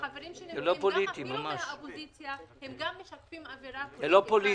החברים שלי אפילו מהאופוזיציה גם משקפים אווירה פוליטית.